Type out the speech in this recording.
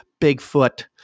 Bigfoot